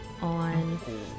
on